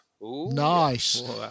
nice